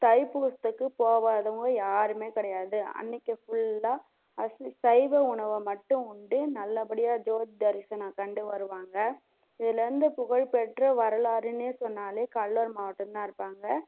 தைப்பூசத்துக்கு போவாதவங்க யாருமே கிடையாது அன்றைக்கு ஃபுல்லாக ஸ் சைவ உணவை மட்டும் உண்டு நல்லபடியாக ஜோதி தரிசனம் கண்டு வருவாங்க இதில் வந்து புகழ்பெற்ற வரலாறுனே சொன்னாலே கடலூர் மாவட்டம் தான் இருக்காங்க